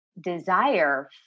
desire